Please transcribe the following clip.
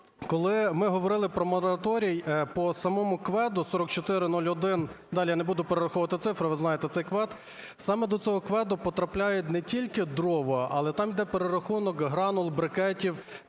коли ми говорили про мораторій по самому КВЕДу 4401... Далі я не буду перераховувати цифри, ви знаєте цей КВЕД. Саме до цього КВЕДу потрапляють не тільки дрова, але там йде перерахунок гранул, брикетів,